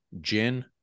gin